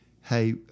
hey